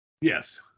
Yes